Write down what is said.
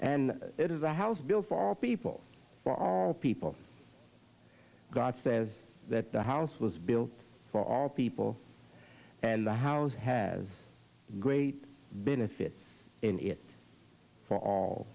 and it is a house bill for all people for all people god says that the house was built for all people and the house has great benefit in it f